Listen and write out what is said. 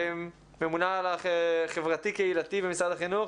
ממונה חברתי-קהילתי במשרד החינוך,